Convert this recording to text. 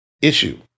issue